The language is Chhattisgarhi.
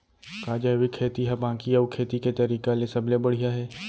का जैविक खेती हा बाकी अऊ खेती के तरीका ले सबले बढ़िया हे?